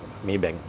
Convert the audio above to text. Maybank